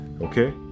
Okay